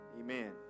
Amen